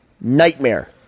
Nightmare